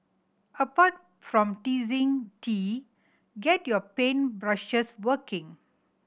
apart from teasing tea get your paint brushes working